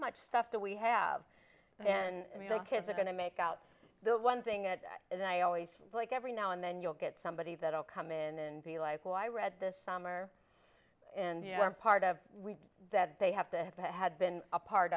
much stuff that we have and the kids are going to make out the one thing it and i always like every now and then you'll get somebody that will come in and be like well i read this summer and you are part of that they have to have had been a part